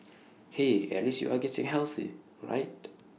hey at least you are getting healthy right